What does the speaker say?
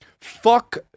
Fuck